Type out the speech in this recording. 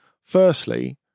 Firstly